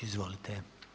Izvolite.